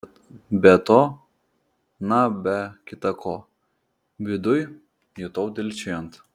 be to na be kita ko viduj jutau dilgčiojant